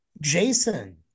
Jason